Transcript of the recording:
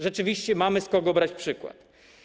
Rzeczywiście mamy z kogo brać przykład.